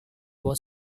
was